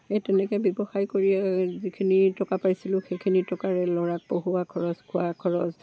সেই তেনেকৈ ব্যৱসায় কৰিয়ে যিখিনি টকা পাইছিলোঁ সেইখিনি টকাৰে ল'ৰাক পঢ়োৱা খৰচ খোৱা খৰচ